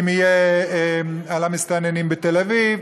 על המסתננים בתל אביב,